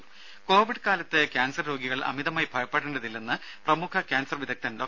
രുമ കോവിഡ് കാലത്ത് കാൻസർ രോഗികൾ അമിതമായി ഭയപ്പെടേണ്ടതില്ലെന്ന് പ്രമുഖ കാൻസർ വിദഗ്ധൻ ഡോ